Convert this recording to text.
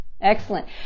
excellent